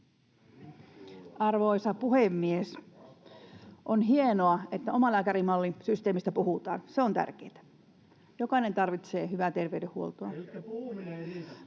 Arvoisa puhemies! On hienoa, että omalääkärimallin systeemistä puhutaan. Se on tärkeätä. Jokainen tarvitsee hyvää terveydenhuoltoa.